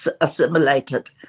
assimilated